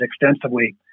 extensively